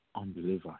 unbelievers